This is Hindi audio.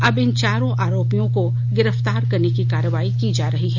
अब इन चारों आरोपियों को गिरफ्तार करने की कार्रवाई की जा रही है